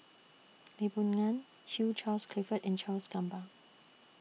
Lee Boon Ngan Hugh Charles Clifford and Charles Gamba